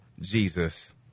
Jesus